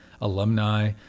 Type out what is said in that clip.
Alumni